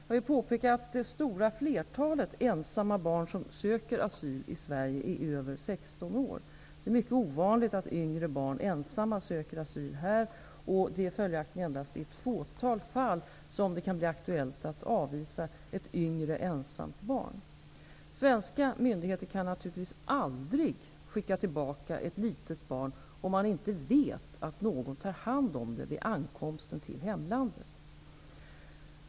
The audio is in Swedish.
Jag vill påpeka att det stora flertalet ensamma barn som söker asyl i Sverige är över 16 år. Det är mycket ovanligt att yngre barn ensamma söker asyl här och det är följaktligen endast i ett fåtal fall som det kan bli aktuellt att avvisa ett yngre ensamt barn. Svenska myndigheter kan naturligtvis aldrig skicka tillbaka ett litet barn, om man inte vet att någon tar hand om det vid ankomsten till hemlandet.